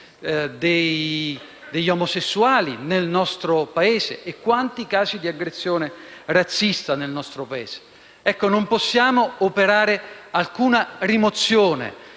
degli omosessuali nel nostro Paese? Quanti i casi di aggressione razzista nel nostro Paese? Non possiamo operare alcuna rimozione